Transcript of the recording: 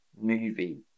movie